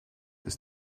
ist